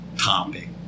topic